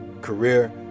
career